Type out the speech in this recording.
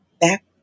back